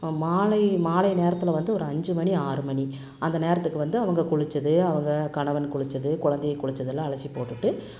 மாலை மாலை நேரத்தில் வந்து ஒரு அஞ்சு மணி ஆறு மணி அந்த நேரத்துக்கு வந்து அவங்க குளிச்சது அவங்க கணவன் குளிச்சது குழந்தைக குளிச்சதெல்லாம் அலசிப் போட்டுவிட்டு